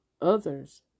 others